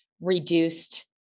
reduced